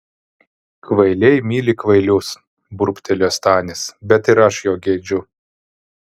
kvailiai myli kvailius burbtelėjo stanis bet ir aš jo gedžiu